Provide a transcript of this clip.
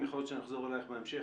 יכול להיות שנחזור אלייך בהמשך.